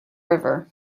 river